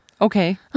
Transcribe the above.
Okay